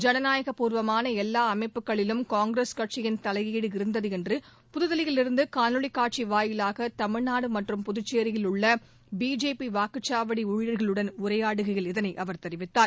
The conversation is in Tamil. ஜனநாயக பூர்வமான எல்லா அமைப்புகளிலும் காங்கிரஸ் கட்சியின் தலையீடு இருந்தது என்று புத்தில்லியிலிருந்து காணொலி காட்சி வாயிலாக தமிழ்நாடு மற்றும் புதுச்சேரியில் உள்ள பிஜேபி வாக்குச்சாவடி நிலை ஊழியர்களுடன் உரையாடுகையில் இதனை அவர் தெரிவித்தார்